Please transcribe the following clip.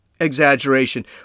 exaggeration